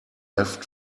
left